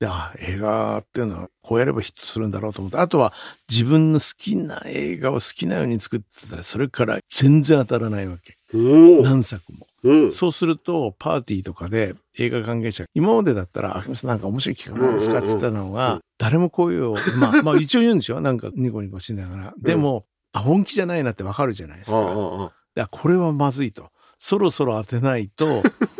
で、あ、映画っていうのはこうやればヒットするんだろうと思って。あとは自分の好きな映画を好きなように作ってたらそれから全然当たらないわけ。おー。何作も。うん。そうするとパーティーとかで映画関係者が、今までだったら、「あ、なんか面白い企画なんですか？」って言ってたのが、うん、うん、うん、うん。誰もこういう、まあ、まあ一応言うんですよ。なんかニコニコしながら。でも、うん。あ、本気じゃないなってわかるじゃないですか。ああ、ああ。いや、これはまずいと。そろそろ当てないと、